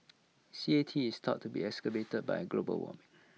C A T is thought to be exacerbat by global warming